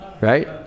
right